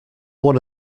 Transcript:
one